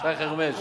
שי חרמש.